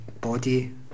body